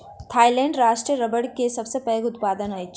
Thailand राष्ट्र रबड़ के सबसे पैघ उत्पादक अछि